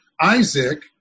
Isaac